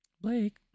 Blake